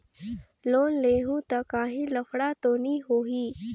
Loan लेहूं ता काहीं लफड़ा तो नी होहि?